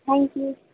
thank you